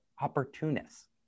opportunists